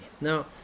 Now